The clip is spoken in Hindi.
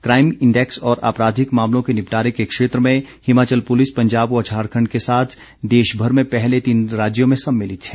क्राइम इंडैक्स और आपराधिक मामलों के निपटारे के क्षेत्र में हिमाचल पुलिस पंजाब व झारखण्ड के साथ देशभर में पहले तीन राज्यों में सम्मिलित है